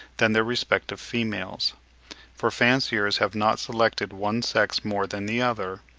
than their respective females for fanciers have not selected one sex more than the other,